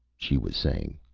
she was saying.